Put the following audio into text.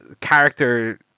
character